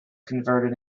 converted